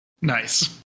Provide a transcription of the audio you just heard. Nice